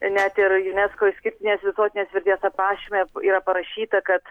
net ir junesko išskirtinės visuotinės vertės aprašyme yra parašyta kad